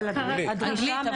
אנגלית,